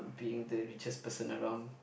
being the richest person around